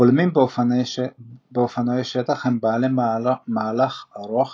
הבולמים באופנועי שטח הם בעלי מהלך ארוך